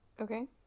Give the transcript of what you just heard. Okay